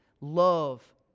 Love